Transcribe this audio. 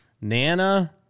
Nana